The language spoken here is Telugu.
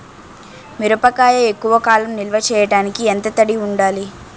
మిరపకాయ ఎక్కువ కాలం నిల్వ చేయటానికి ఎంత తడి ఉండాలి?